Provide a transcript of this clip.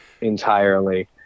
entirely